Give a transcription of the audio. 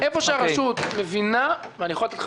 אני אומר לך שאיפה שהרשות מבינה ואני יכול לתת לך